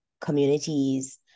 communities